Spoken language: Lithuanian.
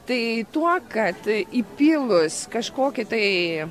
tai tuo kad įpylus kažkokį tai